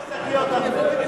שקיות, אחמד.